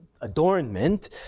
adornment